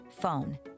phone